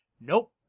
nope